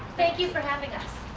thank you for having us.